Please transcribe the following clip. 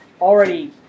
already